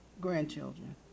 Grandchildren